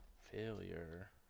failure